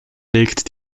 legt